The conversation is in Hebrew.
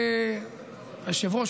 היושב-ראש,